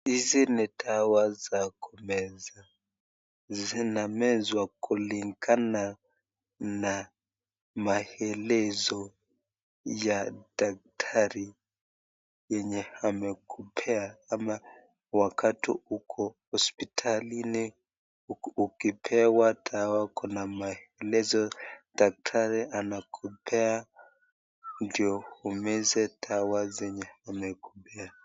Hizi ni dawa za kumeza, zinamezwa kulingana na maelezo ya daktari yenye amekupee ama wakati uko hospitalini ukipewa dawa kuna maelezo daktari anakupea ndio umeze dawa yenye amekupea.